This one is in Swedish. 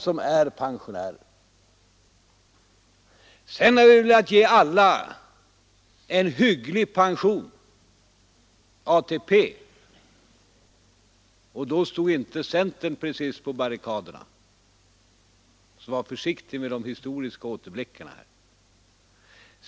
Sedan har vi velat ge alla en hygglig pension — ATP —, och då stod inte centern precis på barrikaderna. Så var försiktig med de historiska återblickarna!